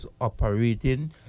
operating